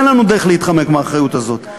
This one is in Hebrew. אין לנו דרך להתחמק מהאחריות הזאת.